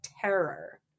terror